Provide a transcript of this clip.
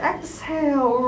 Exhale